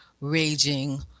raging